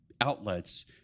outlets